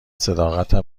صداقتم